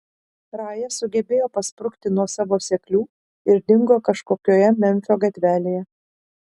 raja sugebėjo pasprukti nuo savo seklių ir dingo kažkokioje memfio gatvelėje